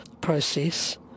process